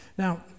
Now